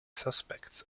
suspects